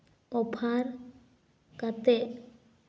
offer ᱠᱟᱛᱮ